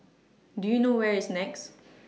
Do YOU know Where IS Nex